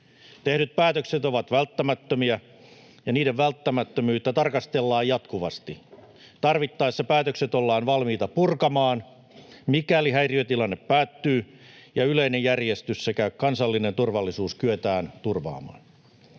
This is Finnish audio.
Tehdyt päätökset ovat välttämättömiä, ja niiden välttämättömyyttä tarkastellaan jatkuvasti. Tarvittaessa päätökset ollaan valmiita purkamaan, mikäli häiriötilanne päättyy ja yleinen järjestys sekä kansallinen turvallisuus kyetään turvaamaan.